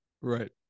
right